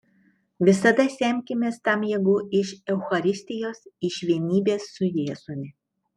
visada semkimės tam jėgų iš eucharistijos iš vienybės su jėzumi